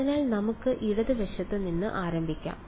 അതിനാൽ നമുക്ക് ഇടതുവശത്ത് നിന്ന് ആരംഭിക്കാം